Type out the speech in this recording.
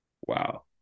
Wow